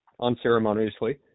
unceremoniously